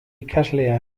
ikasleak